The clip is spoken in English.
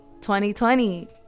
2020